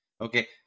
Okay